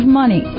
money